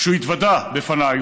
הוא התוודה לפניי,